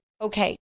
okay